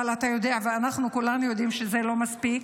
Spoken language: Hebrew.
אבל אתה יודע ואנחנו כולנו יודעים שזה לא מספיק.